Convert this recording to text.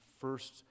first